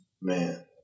man